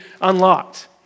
unlocked